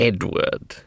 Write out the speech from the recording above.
Edward